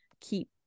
keep